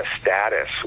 status